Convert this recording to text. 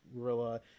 gorilla